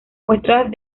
muestras